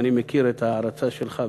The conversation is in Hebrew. אני מכיר את ההערצה שלך,